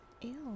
Ew